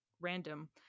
random